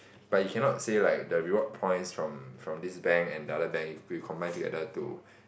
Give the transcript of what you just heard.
but you cannot say like the reward points from from this bank and the other bank you combine together to